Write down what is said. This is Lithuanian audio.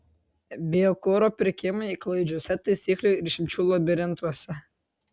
biokuro pirkimai klaidžiuose taisyklių ir išimčių labirintuose